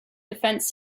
defence